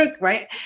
right